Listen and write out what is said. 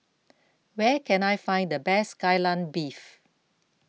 where can I find the best Kai Lan Beef